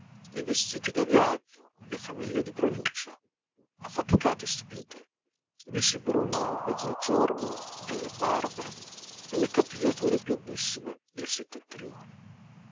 i vestiti da viaggio le famiglie di provincia affaticate e stupite i visi bruni del mezzogiorno e le barbe e le capigliature biondissime